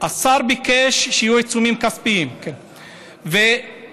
השר ביקש שיהיו עיצומים כספיים, והסכמנו.